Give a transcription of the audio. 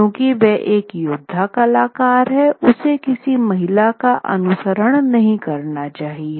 क्यूंकि वह एक योद्धा कलाकार था उसे किसी महिला का अनुसरण नहीं करना चाहिए